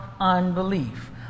unbelief